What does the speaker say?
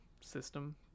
system